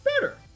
better